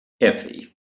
Effie